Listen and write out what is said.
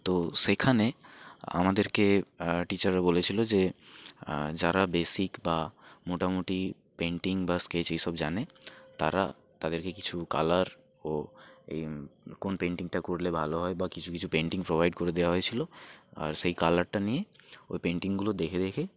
তো সেখানে আমাদেরকে টিচাররা বলেছিল যে যারা বেসিক বা মোটামুটি পেন্টিং বা স্কেচ এইসব জানে তারা তাদেরকে কিছু কালার ও এই কোন পেন্টিংটা করলে ভালো হয় বা কিছু কিছু পেন্টিং প্রোভাইড করে দেওয়া হয়েছিল আর সেই কালারটা নিয়ে ওই পেন্টিংগুলো দেখে দেখে